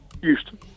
Houston